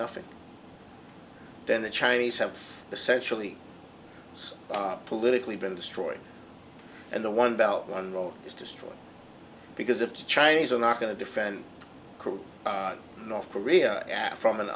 nothing then the chinese have essentially politically been destroyed and the one belt one is destroyed because if the chinese are not going to defend north korea at from an